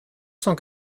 cent